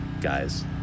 guys